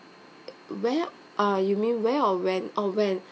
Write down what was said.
where uh you mean where or when oh when